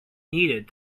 needed